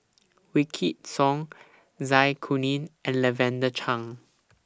Wykidd Song Zai Kuning and Lavender Chang